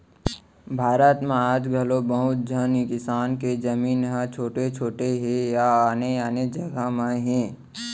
भारत म आज घलौ बहुत झन किसान के जमीन ह छोट छोट हे या आने आने जघा म हे